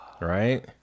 Right